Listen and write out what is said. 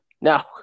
no